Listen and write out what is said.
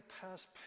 past